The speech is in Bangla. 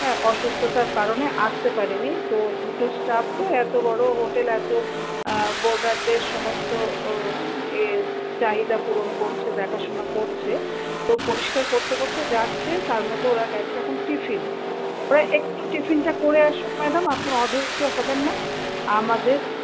হ্যাঁ অসুস্থতার কারণে আসতে পারেনি তো দুটো স্টাফ তো এত বড়ো হোটেল এত বোর্ডারদের সমস্ত এ চাহিদা পূরণ করছে দেখাশোনা করছে তো পরিষ্কার করতে করতে যাচ্ছে তার মধ্যে ওরা গেছে এখন টিফিনে ওরা একটু টিফিনটা করে আসুক ম্যাডাম আপনি অধৈর্য হবেন না আমাদের